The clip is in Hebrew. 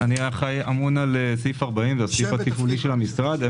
אני אמון על סעיף 40, זה הסעיף התפעולי של המשרד.